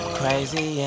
crazy